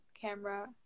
camera